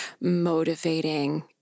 motivating